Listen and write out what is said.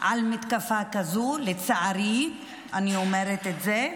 על מתקפה כזאת, לצערי, אני אומרת את זה,